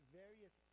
various